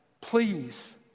please